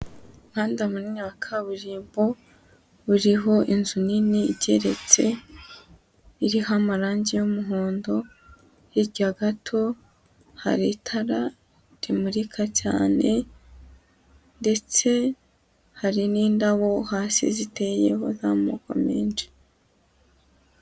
Umuhanda munini wa kaburimbo, uriho inzu nini igeretse, iriho amarangi y'umuhondo, hirya gato hari itara rimurika cyane, ndetse hari n'indabo hasi ziteyeho n'amoko menshi.